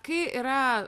kai yra